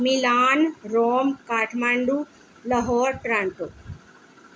Milan Rome Kathmandu Lahore Toronto